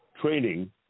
training